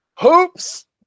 Hoops